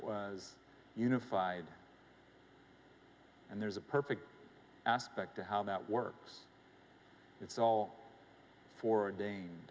was unified and there's a perfect aspect to how that works it's all for a dane